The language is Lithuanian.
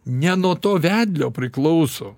ne nuo to vedlio priklauso